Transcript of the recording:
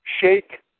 shake